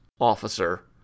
officer